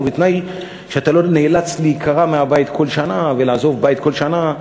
ובתנאי שאתה לא נאלץ להיקרע מהבית כל שנה ולעזוב בית כל שנה,